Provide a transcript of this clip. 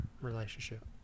relationship